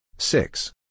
Six